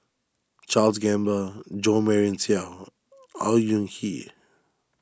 Charles Gamba Jo Marion Seow Au Hing Yee